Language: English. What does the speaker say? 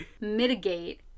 mitigate